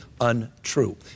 untrue